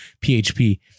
PHP